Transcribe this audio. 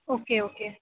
okay okay